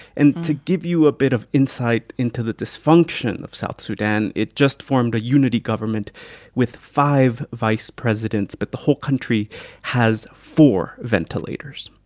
and to give you a bit of insight into the dysfunction of south sudan, it just formed a unity government with five vice presidents, but the whole country has four ventilators